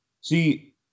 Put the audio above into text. see